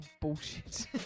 bullshit